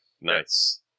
Nice